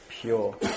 pure